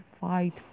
fight